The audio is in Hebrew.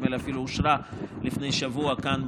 נדמה לי שהיא אפילו אושרה לפני שבוע כאן,